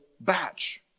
batch